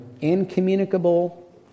incommunicable